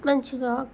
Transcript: మంచిగా